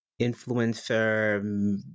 influencer